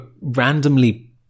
randomly